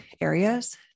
areas